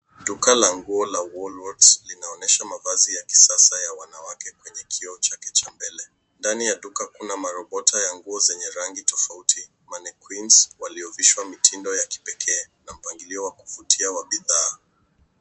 Duka la kisasa la Woolworths linaonyesha mavazi ya kisasa ya wanawake kwenye kioo chake mbele. Ndani ya duka kuna marobota ya nguo zenye rangi tofauti, mannequins waliovishwa mitindo ya kipekee na mpangilio wa kuvutia wa bidhaa.